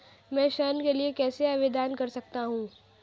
मैं ऋण के लिए कैसे आवेदन कर सकता हूं?